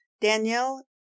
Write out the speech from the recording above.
Danielle